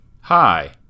Hi